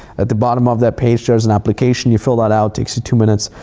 at the bottom of that page, there's an application. you fill that out, takes you two minutes.